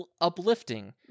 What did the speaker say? uplifting